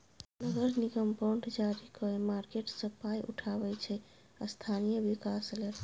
नगर निगम बॉड जारी कए मार्केट सँ पाइ उठाबै छै स्थानीय बिकास लेल